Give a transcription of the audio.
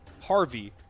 Harvey